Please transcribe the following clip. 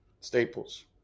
staples